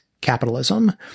capitalism